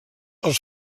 els